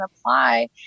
apply